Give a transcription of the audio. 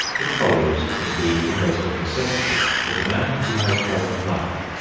it follows, indeed, almost of necessity that a man who has travelled much,